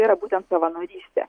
yra būtent savanorystė